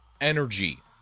energy